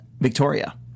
Victoria